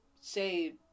say